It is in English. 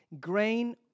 Grain